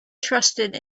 trusted